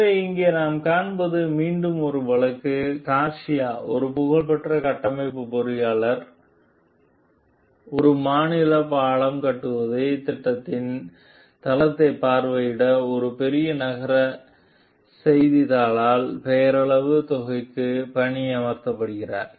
எனவே இங்கே நாம் காண்பது மீண்டும் ஒரு வழக்கு கார்சியா ஒரு புகழ்பெற்ற கட்டமைப்பு பொறியாளர் ஒரு மாநில பாலம் கட்டுமானத் திட்டத்தின் தளத்தைப் பார்வையிட ஒரு பெரிய நகர செய்தித்தாளால் பெயரளவு தொகைக்கு பணியமர்த்தப்படுகிறார்